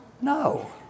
No